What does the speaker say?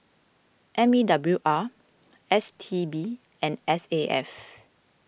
M E W R S T B and S A F